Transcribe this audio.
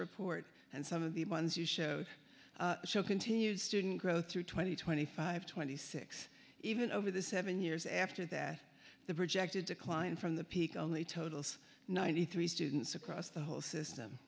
report and some of the ones you show show continued student growth through twenty twenty five twenty six even over the seven years after that the projected decline from the peak only totals ninety three students across the whole system